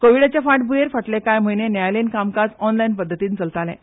कोविडाचे फाटभुंयेर फाटले कांय म्हयने न्यायालयीन कामकाज ऑनलायन पद्दतीन चलतलें